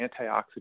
antioxidant